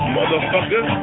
Motherfucker